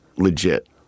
Legit